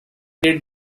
did